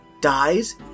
dies